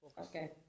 Okay